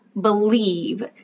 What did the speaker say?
believe